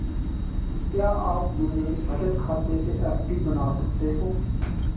क्या आप मेरे बचत खाते से एफ.डी बना सकते हो?